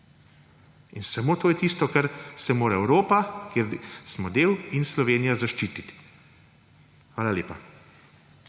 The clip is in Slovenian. Samo to je tisto, ko se mora Evropa, katere del smo, in Slovenija zaščititi. Hvala lepa.